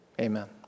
Amen